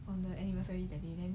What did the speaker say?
on the anniversary that day